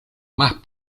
más